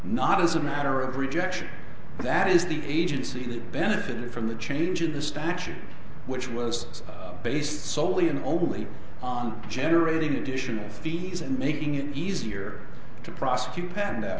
not as a matter of rejection that is the agency that benefited from the change of the statute which was based soley on overly generating additional fees and making it easier to prosecute pa